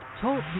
Talk